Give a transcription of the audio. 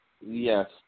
yes